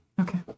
okay